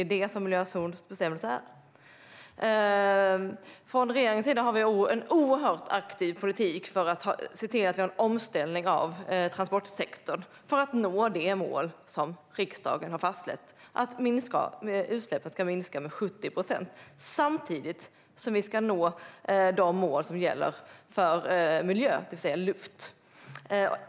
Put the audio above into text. Det är vad en miljözonsbestämmelse är. Regeringen för en oerhört aktiv politik för att se till att vi har en omställning av transportsektorn, för att nå det mål som riksdagen har fastställt om att utsläppen ska minska med 70 procent. Samtidigt ska vi nå de mål som gäller för miljön, det vill säga luften.